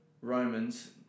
Romans